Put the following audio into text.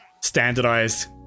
standardized